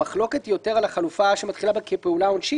המחלוקת היא יותר סביב החלופה שמתחילה במילים "כפעולה עונשית"